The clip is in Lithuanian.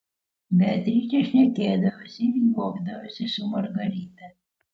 beatričė šnekėdavosi ir juokdavosi su margarita